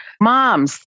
mom's